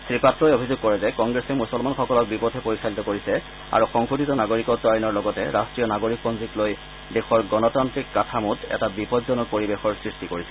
শ্ৰীপাত্ৰই অভিযোগ কৰে যে কংগ্ৰেছে মুছলমানসকলক বিপথে পৰিচালিত কৰিছে আৰু সংশোধিত নাগৰিকত আইনৰ লগতে ৰাষ্টীয় নাগৰিকপঞ্জীক লৈ দেশৰ গণতান্ত্ৰিক কাঠামোত এটা বিপজ্জনক পৰিৱেশৰ সৃষ্টি কৰিছে